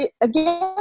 again